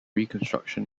reconstruction